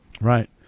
Right